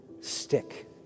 stick